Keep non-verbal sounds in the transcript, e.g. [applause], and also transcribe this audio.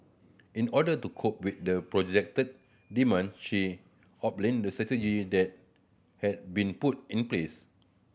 in order to cope with the projected demand she [unintelligible] the [unintelligible] that have been put in place